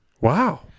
Wow